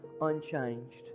unchanged